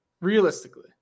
realistically